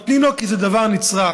נותנים לו, כי זה דבר נצרך.